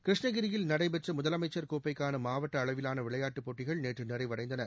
கிருஷ்ணகிரியில் நடைபெற்ற முதலமைச்சர் கோப்பைக்கான மாவட்ட அளவிவான விளையாட்டுப் போட்டிகள் நேற்று நிறைவடைந்தன